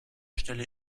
stelle